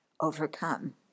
overcome